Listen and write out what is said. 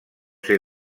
ser